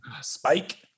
Spike